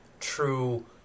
true